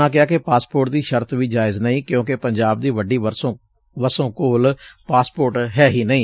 ਉਨ੍ਹਾਂ ਕਿਹਾ ਕਿ ਪਾਸਪੋਰਟ ਦੀ ਸ਼ਰਤ ਵੀ ਜਾਇਜ਼ ਨਹੀ ਕਿਉਂਕਿ ਪੰਜਾਬ ਦੀ ਵੱਡੀ ਵਸੋਂ ਕੋਲ ਪਾਸਪੋਰਟ ਹੈ ਹੀ ਨਹੀ